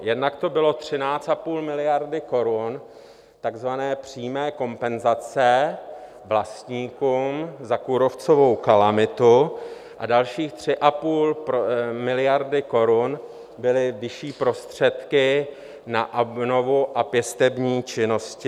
Jednak to bylo 13,5 miliardy korun takzvané přímé kompenzace vlastníkům za kůrovcovou kalamitu a další 3,5 miliardy korun byly vyšší prostředky na obnovu a pěstební činnosti v lese.